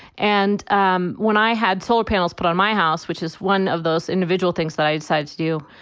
and um when i had solar panels put on my house, which is one of those individual things that i decide to do.